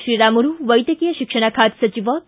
ಶ್ರೀರಾಮುಲು ವೈದ್ಯಕೀಯ ಶಿಕ್ಷಣ ಖಾತೆ ಸಚಿವ ಕೆ